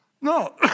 No